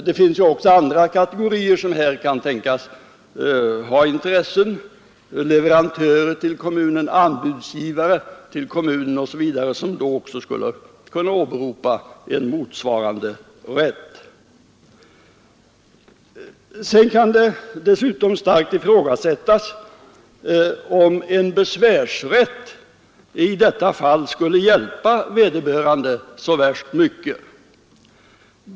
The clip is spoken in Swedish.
Det finns ju också andra kategorier som här kan tänkas ha intressen — leverantörer till kommunen, anbudsgivare osv. — och som då skulle kunna åberopa en motsvarande rätt. Sedan kan det starkt ifrågasättas om en besvärsrätt i detta fall skulle hjälpa vederbörande så värst mycket.